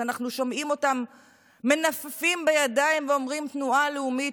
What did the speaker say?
שאנחנו שומעים אותם מנופפים בידיים ואומרים: תנועה לאומית,